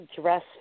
dress